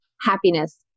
happiness